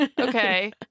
Okay